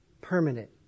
permanent